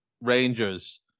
Rangers